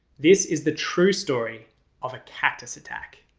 this is the true story of a cactus attack.